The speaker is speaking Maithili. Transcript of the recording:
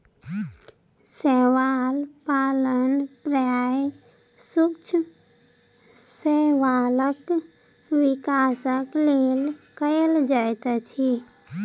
शैवाल पालन प्रायः सूक्ष्म शैवालक विकासक लेल कयल जाइत अछि